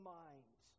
mind